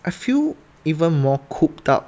I feel even more cooped up